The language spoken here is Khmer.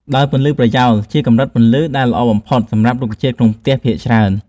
ដោយពន្លឺប្រយោល ជាកម្រិតពន្លឺដែលល្អបំផុតសម្រាប់រុក្ខជាតិក្នុងផ្ទះភាគច្រើន។